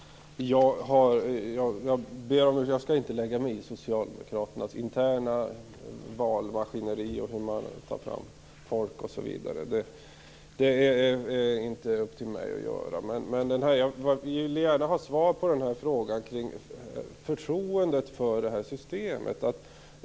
Fru talman! Jag ber om ursäkt. Jag skall inte lägga mig i socialdemokraternas interna valmaskineri och i hur man tar fram kandidater. Det är inte upp till mig att göra. Jag vill gärna ha svar på frågan kring förtroendet för systemet.